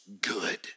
good